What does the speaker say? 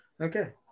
Okay